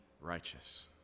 righteous